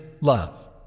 love